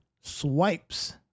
swipes